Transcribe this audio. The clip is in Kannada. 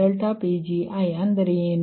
CTλi1m Pgi ಅಂದರೆ ಏನು